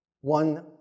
One